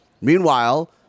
Meanwhile